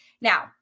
now